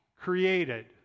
created